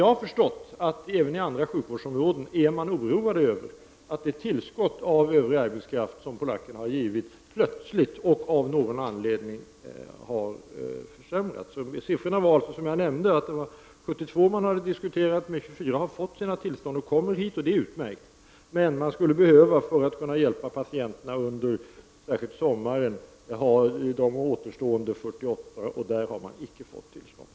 Jag har förstått att man även i andra sjukvårdsområden är oroad över att det tillskott av arbetskraft som polackerna har utgjort plötsligt av någon anledning har minskats. Som jag nämnde har 72 tillfrågats. 24 har fått tillstånd och kommer hit. Det är utmärkt. Men för att hjälpa patienterna särskilt under sommaren skulle man behöva de återstående 48, och de har icke fått tillstånd.